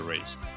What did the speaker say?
race